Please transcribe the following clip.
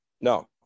No